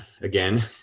again